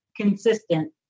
consistent